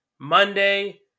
monday